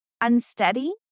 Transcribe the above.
unsteady